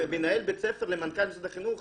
מנהל בית ספר למנכ"ל משרד החינוך,